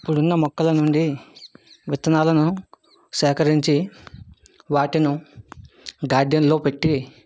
ఇప్పుడు ఉన్న మొక్కల నుండి విత్తనాలను సేకరించి వాటిని గార్డెన్లో పెట్టి